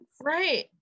right